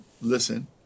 listen